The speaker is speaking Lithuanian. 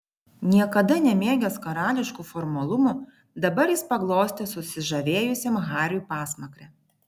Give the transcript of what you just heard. niekada nemėgęs karališkų formalumų dabar jis paglostė susižavėjusiam hariui pasmakrę